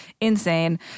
Insane